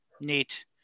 Neat